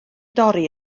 dorri